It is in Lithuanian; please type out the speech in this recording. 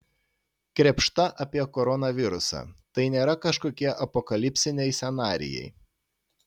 krėpšta apie koronavirusą tai nėra kažkokie apokalipsiniai scenarijai